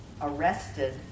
arrested